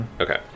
Okay